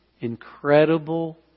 incredible